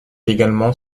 également